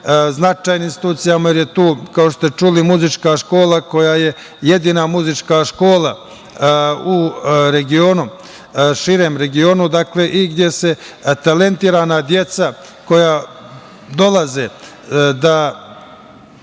značajnim institucijama, jer je tu, kao što ste čuli, muzička škola koja je jedina muzička škola u regionu, širem regionu dakle, i gde se talentovana deca koja dolaze da